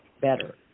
better